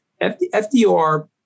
FDR